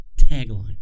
tagline